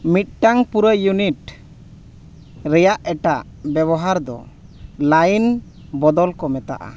ᱢᱤᱫᱴᱟᱝ ᱯᱩᱨᱟᱹ ᱤᱭᱩᱱᱤᱴ ᱨᱮᱭᱟᱜ ᱮᱴᱟᱜ ᱵᱮᱵᱚᱦᱟᱨ ᱫᱚ ᱞᱟᱭᱤᱱ ᱵᱚᱫᱚᱞ ᱠᱚ ᱢᱮᱛᱟᱜᱼᱟ